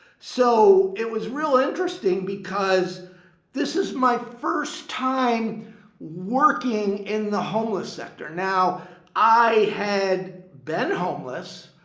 so it was really interesting because this is my first time working in the homeless sector. now i had been homeless,